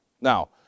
Now